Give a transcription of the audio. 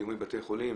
בזיהומים בבתי החולים,